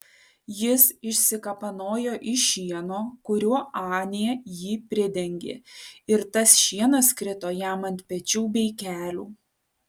jis išsikapanojo iš šieno kuriuo anė jį pridengė ir tas šienas krito jam ant pečių bei kelių